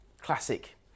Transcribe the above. classic